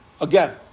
Again